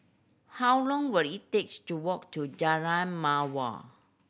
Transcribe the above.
how long will it takes to walk to Jalan Mawar